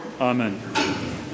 Amen